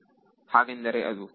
ವಿದ್ಯಾರ್ಥಿ ಹಾಗೆಂದರೆ ಅದು